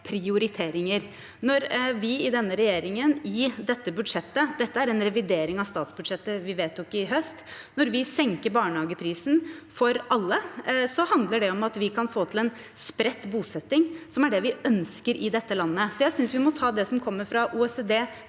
prioriteringer. Når vi i denne regjeringen i dette budsjettet – dette er en revidering av statsbudsjettet vi vedtok i høst – senker barnehageprisen for alle, handler det om at vi kan få til en spredt bosetning, som er det vi ønsker i dette landet. Jeg synes vi må ta det som kommer fra OECD,